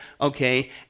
okay